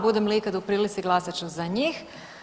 Budem li ikada u prilici glasat ću za njih.